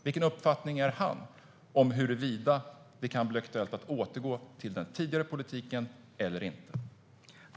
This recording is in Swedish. Vilken uppfattning har han om huruvida det kan bli aktuellt att återgå till den tidigare politiken eller inte?